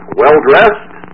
well-dressed